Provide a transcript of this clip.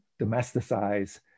domesticize